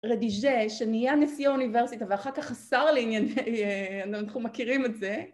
‫רדיג'ה, שנהיה נשיאה אוניברסיטה, ‫ואחר כך השר לענייני... אני לא יודעת... ‫אנחנו מכירים את זה...